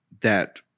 that-